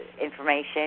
information